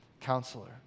counselor